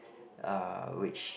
uh which